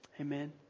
Amen